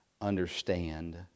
understand